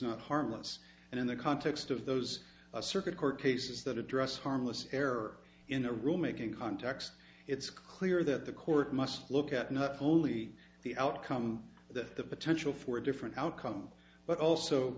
not harmless and in the context of those circuit court cases that address harmless error in a room making context it's clear that the court must look at not only the outcome that the potential for a different outcome but also